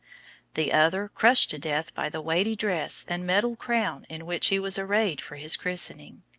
the other crushed to death by the weighty dress and metal crown in which he was arrayed for his christening.